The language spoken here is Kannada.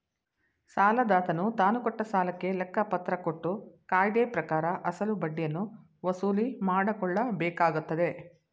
ಸಾಲದಾತನು ತಾನುಕೊಟ್ಟ ಸಾಲಕ್ಕೆ ಲೆಕ್ಕಪತ್ರ ಕೊಟ್ಟು ಕಾಯ್ದೆಪ್ರಕಾರ ಅಸಲು ಬಡ್ಡಿಯನ್ನು ವಸೂಲಿಮಾಡಕೊಳ್ಳಬೇಕಾಗತ್ತದೆ